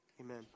amen